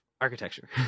architecture